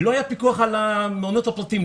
לא היה פיקוח על המעונות הפרטיים,